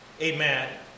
Amen